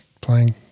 playing